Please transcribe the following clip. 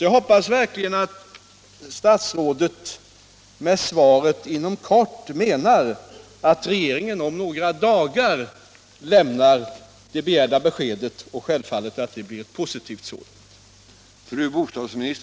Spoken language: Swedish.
Jag hoppas verkligen att statsrådet med uttrycket ”inom kort” menar att regeringen om några dagar kommer att lämna det begärda beskedet och självfallet att det blir ett positivt sådant.